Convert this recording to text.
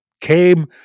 came